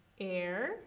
air